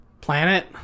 planet